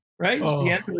right